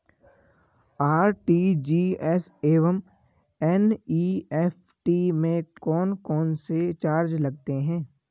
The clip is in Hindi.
आर.टी.जी.एस एवं एन.ई.एफ.टी में कौन कौनसे चार्ज लगते हैं?